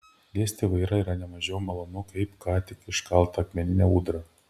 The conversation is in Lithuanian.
liesti vairą yra ne mažiau malonu kaip ką tik iškaltą akmeninę ūdrą